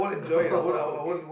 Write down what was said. oh okay